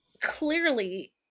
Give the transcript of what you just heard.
Clearly